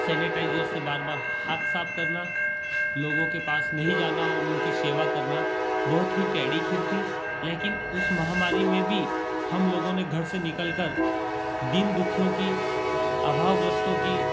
sanitiser से बार बार हाथ साफ करना लोगो के पास नहीं जाना और उनकी सेवा करना बहुत ही टेढ़ी खीर थी लेकिन उस महामारी में भी हम लोगों ने घर से निकल कर दीन दुखियों की आभावग्रस्तों की